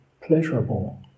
pleasurable